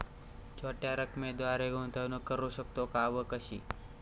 छोट्या रकमेद्वारे गुंतवणूक करू शकतो का व कशी?